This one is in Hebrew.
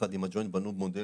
יחד עם הג'וינט, בנו מודל